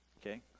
Okay